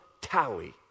tally